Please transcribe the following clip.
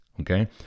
okay